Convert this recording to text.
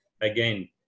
again